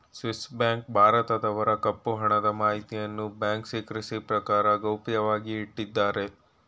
Swiss bank ಭಾರತದವರ ಕಪ್ಪು ಹಣದ ಮಾಹಿತಿಯನ್ನು ಬ್ಯಾಂಕ್ ಸಿಕ್ರೆಸಿ ಪ್ರಕಾರ ಗೌಪ್ಯವಾಗಿ ಇಟ್ಟಿದ್ದಾರೆ